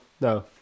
no